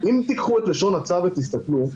אם תיקחו את לשון הצו ותסתכלו,